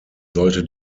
sollte